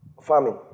farming